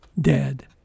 dead